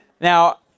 Now